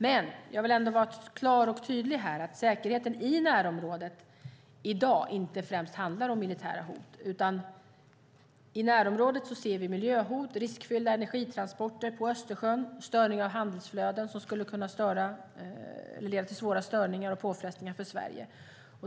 Men jag vill ändå vara klar och tydlig och säga att säkerheten i närområdet i dag inte främst handlar om militära hot, utan i närområdet ser vi miljöhot, riskfyllda energitransporter på Östersjön och störning av handelsflöden som skulle kunna leda till svåra påfrestningar för Sverige.